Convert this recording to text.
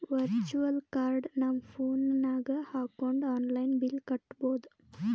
virtual card ನಮ್ phone ನಾಗ್ ಹಾಕೊಂಡ್ ಆನ್ಲೈನ್ ಬಿಲ್ ಕಟ್ಟಬೋದು